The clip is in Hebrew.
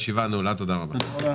תודה רבה.